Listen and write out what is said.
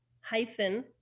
hyphen